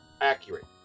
accurate